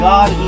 God